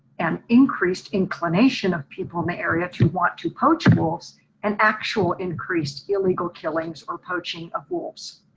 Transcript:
and increased inclination of people in the area to want to poach wolves and actual increased illegal killings or poaching of wolves.